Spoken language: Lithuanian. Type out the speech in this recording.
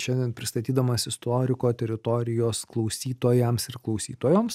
šiandien pristatydamas istoriko teritorijos klausytojams ir klausytojoms